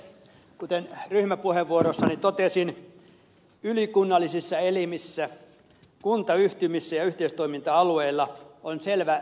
kuten ryhmäpuheenvuorossani totesin ylikunnallisissa elimissä kuntayhtymissä ja yhteistoiminta alueilla on selvä demokratiavaje